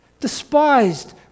Despised